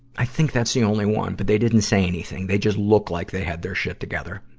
i think that's the only one, but they didn't say anything. they just looked like they had their shit together.